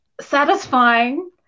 satisfying